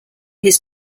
his